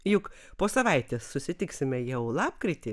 juk po savaitės susitiksime jau lapkritį